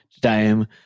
time